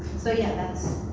so yeah, that's.